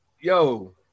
yo